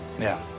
yeah.